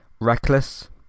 Reckless